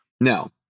Now